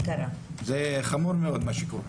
מה שקורה חמור מאוד.